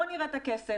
בואו נראה את הכסף,